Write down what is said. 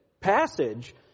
passage